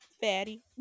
fatty